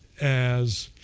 as